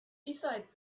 besides